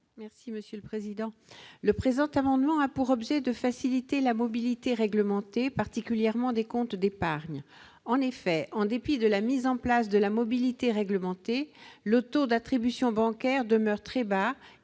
Mme Jacky Deromedi. Le présent amendement a pour objet de faciliter la mobilité réglementée, particulièrement des comptes d'épargne. En effet, en dépit de la mise en place de la mobilité réglementée, le taux d'attrition bancaire demeure très bas.